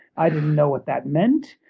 i didn't know what that meant.